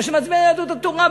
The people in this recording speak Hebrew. מפני שמצביעי יהדות התורה,